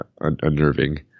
unnerving